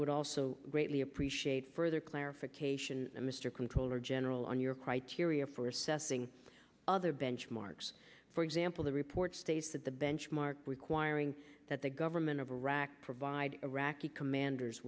would also greatly appreciate further clarification mr comptroller general on your criteria for assessing other benchmarks for example the report states that the benchmark requiring that the government of iraq provide iraqi commanders